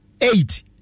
eight